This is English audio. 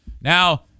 Now